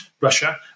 Russia